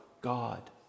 God